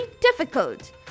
difficult